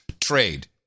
trade